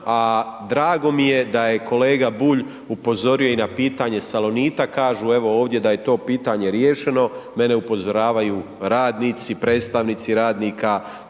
a drago mi je da je kolega Bulj upozorio i na pitanje Salonita, kažu evo ovdje da je to pitanje riješeno, mene upozoravaju radnici, predstavnici radnika